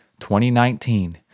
2019